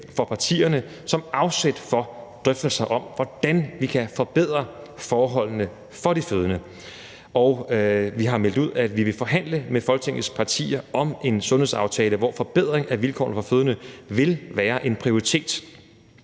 for partierne som afsæt for drøftelser om, hvordan vi kan forbedre forholdene for de fødende. Vi har meldt ud, at vi vil forhandle med Folketingets partier om en sundhedsaftale, hvor forbedring af vilkårene for fødende vil være en prioritet.